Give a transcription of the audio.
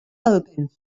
opens